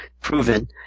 proven